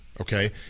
Okay